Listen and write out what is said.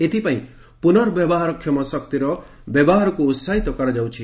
ଏଥିପାଇଁ ପୁନର୍ବ୍ୟବହାର କ୍ଷମ ଶକ୍ତିର ବ୍ୟବହାରକୁ ଉହାହିତ କରାଯାଉଛି